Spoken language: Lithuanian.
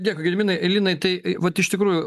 dėkui gediminai linai tai vat iš tikrųjų